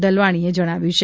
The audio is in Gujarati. દલવાણીએ જણાવ્યૂં છે